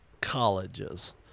colleges